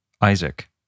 Isaac